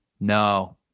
No